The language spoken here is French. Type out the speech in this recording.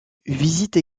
visite